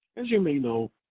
as you may know,